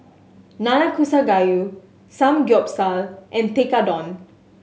Nanakusa Gayu Samgyeopsal and Tekkadon